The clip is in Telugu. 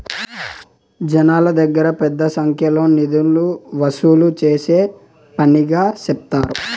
జనాల దగ్గర పెద్ద సంఖ్యలో నిధులు వసూలు చేసే పనిగా సెప్తారు